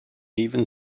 even